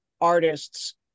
artists